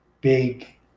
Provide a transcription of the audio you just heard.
big